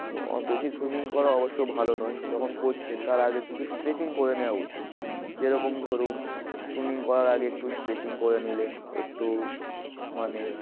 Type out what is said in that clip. বেশি সুইমিং করা অবশ্য ভালো নয় যখন করছেন তার আগে কিছু স্ট্রেচিং করে নেওয়া উচিত যেরকম ধরুন সুইমিং করার আগে একটু স্ট্রেচিং করে নিলেন একটু মানে